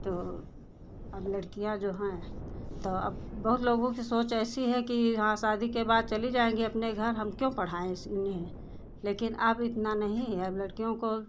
तो अब लड़कियाँ जो हैं तो अब बहुत लोगों की सोच ऐसी है कि हाँ शादी के बाद चली जाएगी अपने घर क्यों पढ़ाएं ऐसे लेकिन अब इतना नहीं हैं लड़कियों को